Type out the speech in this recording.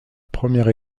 première